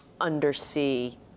undersea